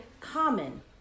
common